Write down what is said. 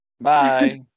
bye